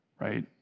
right